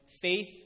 faith